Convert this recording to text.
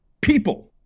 People